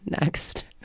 next